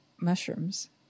mushrooms